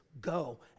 go